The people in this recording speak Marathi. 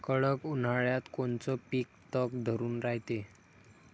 कडक उन्हाळ्यात कोनचं पिकं तग धरून रायते?